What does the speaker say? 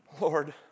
Lord